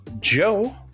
Joe